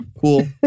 cool